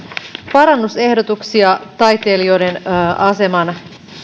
parannusehdotuksia taiteilijoiden aseman